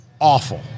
awful